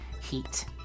heat